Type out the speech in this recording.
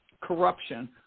corruption